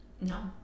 No